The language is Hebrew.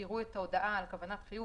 יראו את ההודעה על כוונת חיוב,